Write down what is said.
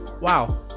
wow